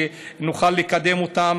כדי שנוכל לקדם אותם,